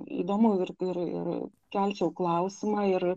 įdomu ir ir ir kelčiau klausimą ir